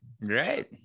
Right